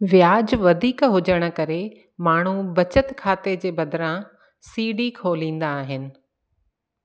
वियाजु वधीक हुजणु करे माण्हू बचति खाते जे बदिरां सी डी खोलींदा आहिनि